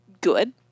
good